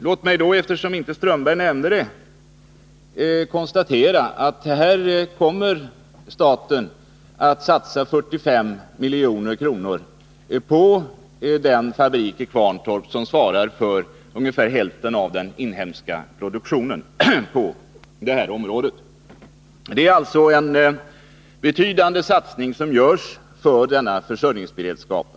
Låt mig då, eftersom Håkan Strömberg inte nämnde det, konstatera att staten nu kommer att satsa 45 milj.kr. på den fabrik i Kvarntorp som svarar för ungefär hälften av den inhemska produktionen av ammoniak. Det är alltså en betydande satsning som görs på denna försörjningsberedskap.